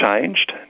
changed